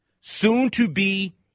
soon-to-be